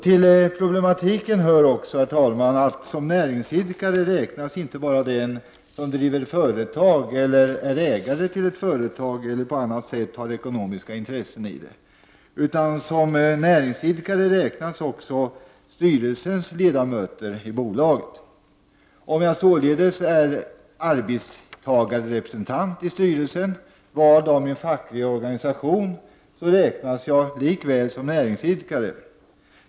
Till problematiken hör också, herr talman, att som näringsidkare räknas inte bara den som driver företag eller är ägare till ett företag eller på annat sätt har ekonomiska intressen i det, utan också styrelseledamöter i bolaget. Om jag således är arbetstagarrepresentant i styrelsen, vald av en facklig organisation, räknas jag likväl som näringsidkare.